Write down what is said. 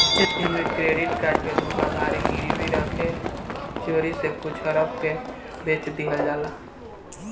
ऐमे credit card के धोखाधड़ी गिरवी रखे चोरी से कुछ हड़प के बेच दिहल जाला